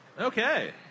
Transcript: Okay